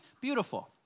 beautiful